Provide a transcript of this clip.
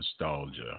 nostalgia